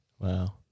wow